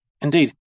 Indeed